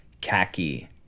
khaki